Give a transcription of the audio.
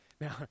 Now